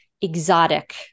Exotic